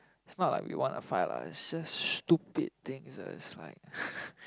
it's not like we want to fight lah it's just stupid things always fight